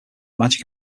magic